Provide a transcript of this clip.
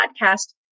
podcast